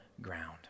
ground